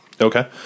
Okay